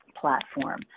platform